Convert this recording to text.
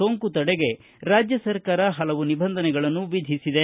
ಸೋಂಕು ತಡೆಗೆ ರಾಜ್ವ ಸರ್ಕಾರ ಹಲವು ನಿಬಂಧನೆಗಳನ್ನು ವಿಧಿಸಿದೆ